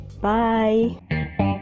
Bye